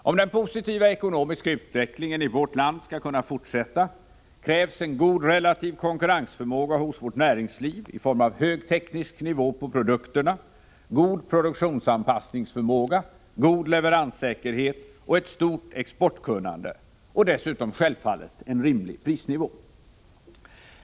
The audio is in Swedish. Om den positiva ekonomiska utvecklingen i vårt land skall kunna fortsätta, krävs en god relativ konkurrensförmåga hos vårt näringsliv, i form av hög teknisk nivå på produkterna, god produktionsanpassningsförmåga, god leveranssäkerhet, ett stort exportkunnande och dessutom självfallet en rimlig prisnivå.